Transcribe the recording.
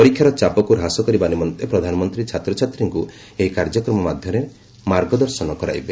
ପରୀକ୍ଷାର ଚାପକୁ ହ୍ରାସ କରିବା ନିମନ୍ତେ ପ୍ରଧାନମନ୍ତ୍ରୀ ଛାତ୍ରଛାତ୍ରୀଙ୍କୁ ଏହି କାର୍ଯ୍ୟକ୍ରମ ମାଧ୍ୟମରେ ମାର୍ଗଦର୍ଶନ କରାଇବେ